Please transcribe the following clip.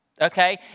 okay